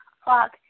o'clock